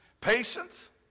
Patience